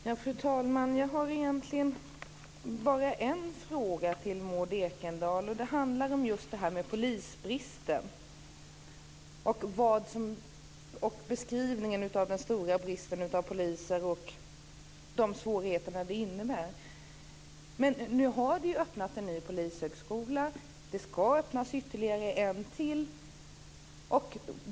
Fru talman! Jag har egentligen bara en fråga till Maud Ekendahl. Den handlar just om detta med polisbristen - beskrivningen av den stora bristen på poliser och de svårigheter denna innebär. Nu har det ju öppnats en ny polishögskola. Det ska öppnas ytterligare en.